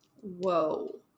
Whoa